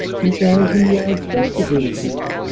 two thousand yards south of lnchy,